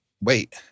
Wait